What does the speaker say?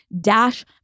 Dash